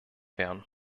werden